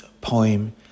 poem